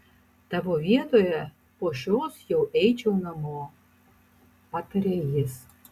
tavo vietoje po šios jau eičiau namo patarė jis